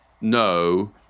no